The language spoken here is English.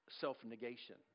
self-negation